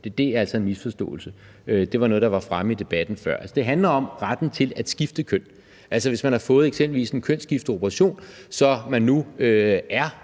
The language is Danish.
det er altså en misforståelse. Det var noget, der var fremme i debatten før. Det handler om retten til at skifte køn, altså hvis man eksempelvis har fået en kønsskifteoperation, så man nu er